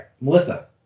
Melissa